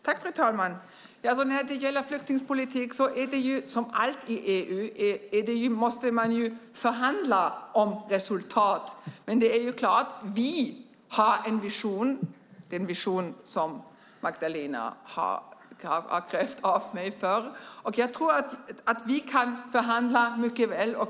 Fru talman! När det gäller flyktingpolitiken är det ju som alltid i EU att man måste förhandla om resultaten. Men det är klart att vi har en vision - den vision som Magdalena tidigare i dag har avkrävt av mig - och jag tror att vi kan förhandla mycket väl.